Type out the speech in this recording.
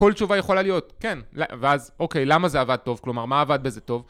כל תשובה יכולה להיות כן, ואז אוקיי, למה זה עבד טוב? כלומר, מה עבד בזה טוב?